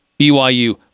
BYU